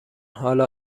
حالا